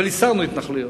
אבל הסרנו התנחלויות,